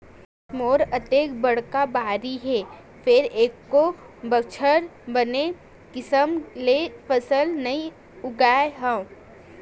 मोर अतेक बड़का बाड़ी हे फेर एको बछर बने किसम ले फसल नइ उगाय हँव